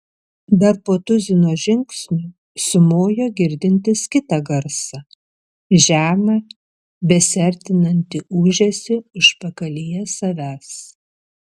dar po tuzino žingsnių sumojo girdintis kitą garsą žemą besiartinantį ūžesį užpakalyje savęs